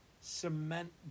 cement